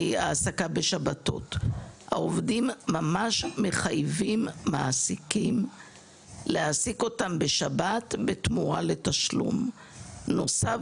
העובדים ממש מחייבים מעסיקים להעסיק אותם בשבת בתמורה לתשלום נוסף,